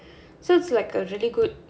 so it's like a really good